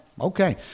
Okay